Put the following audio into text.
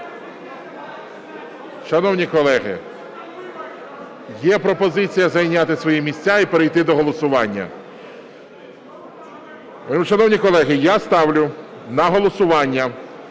Шановні колеги, є пропозиція зайняти свої місця і перейти до голосування. Шановні колеги, я ставлю на голосування